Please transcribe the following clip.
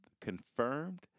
confirmed